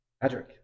Patrick